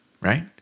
right